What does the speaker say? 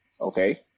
okay